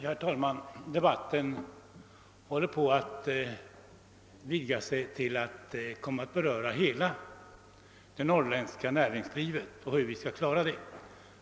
Herr talman! Debatten här håller på att vidgas till att beröra hela det norrländska näringslivet och frågan om hur detta skall stödjas.